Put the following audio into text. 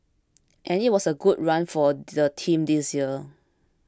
and it was a good run for the team this year